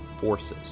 forces